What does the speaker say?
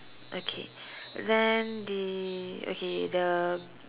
okay then the okay the